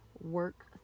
work